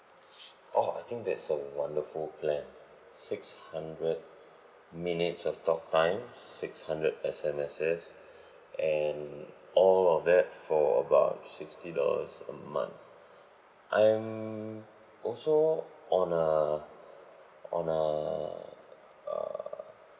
oh I think that's a wonderful plan six hundred minutes of talk time six hundred S_M_Ses and all of that for about sixty dollars a month I am also on a on a err